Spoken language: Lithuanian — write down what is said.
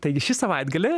taigi šį savaitgalį